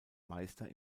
meister